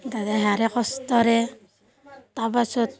কষ্টৰে তাৰ পাছত